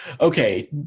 Okay